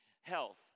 health